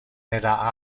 era